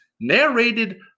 narrated